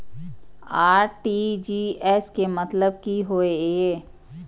RTGS के मतलब की होय ये?